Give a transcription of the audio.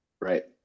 Right